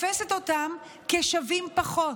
תופסת אותם כשווים פחות: